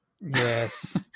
Yes